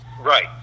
right